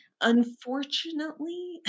unfortunately-